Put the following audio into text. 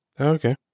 Okay